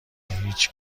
هیچ